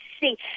see